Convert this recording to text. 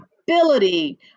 ability